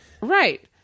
Right